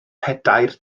pedair